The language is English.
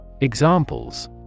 Examples